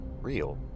real